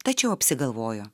tačiau apsigalvojo